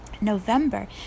November